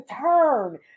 turn